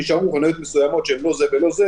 נשארו גם חנויות מסוימות שהן לא זה ולא,